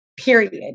period